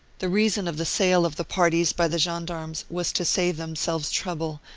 the reason of the sale of the parties by the gen darmes was to save themselves trouble,